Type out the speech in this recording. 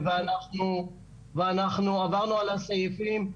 ואנחנו עברנו על הסעיפים,